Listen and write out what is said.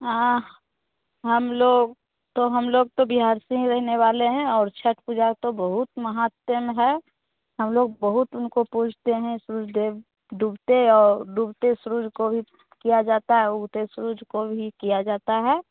हाँ हम लोग तो हम लोग तो बिहार के ही रहने वाले हैं और छठ पूजा तो बहुत महत्तम है हम लोग बहुत उनको पूजते हैं सूर्य देव डूबते और डूबते सूरज को भी किया जाता है उदय सूरज को भी किया जाता है